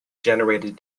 generated